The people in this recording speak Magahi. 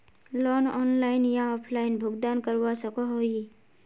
लोन ऑनलाइन या ऑफलाइन भुगतान करवा सकोहो ही?